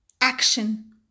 action